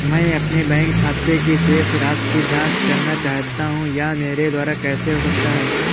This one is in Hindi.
मैं अपने बैंक खाते की शेष राशि की जाँच करना चाहता हूँ यह मेरे द्वारा कैसे हो सकता है?